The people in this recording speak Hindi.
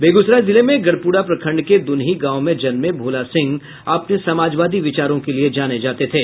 बेगूसराय जिले में गढ़पूरा प्रखंड के द्नही गांव में जन्मे भोला सिंह अपने समाजवादी विचारों के लिए जाने जाते थे